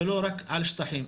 ולא רק על שטחים.